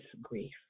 grief